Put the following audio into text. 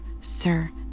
sir